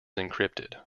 encrypted